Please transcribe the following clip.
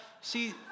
See